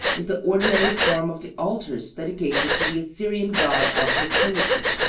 is the ordinary form of the altars dedicated to the assyrian god of fertility.